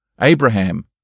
Abraham